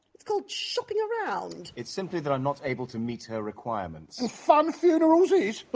it's called shopping around. it's simply that i'm not able to meet her requirements. and funn funerals is? but